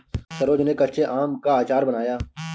सरोज ने कच्चे आम का अचार बनाया